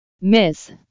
Miss